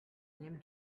name